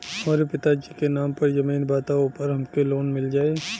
हमरे पिता जी के नाम पर जमीन बा त ओपर हमके लोन मिल जाई?